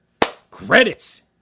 credits